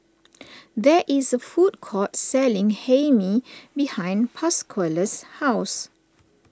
there is a food court selling Hae Mee behind Pasquale's house